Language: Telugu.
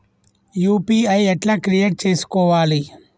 యూ.పీ.ఐ ఎట్లా క్రియేట్ చేసుకోవాలి?